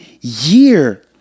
year